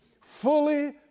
fully